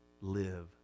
live